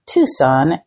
Tucson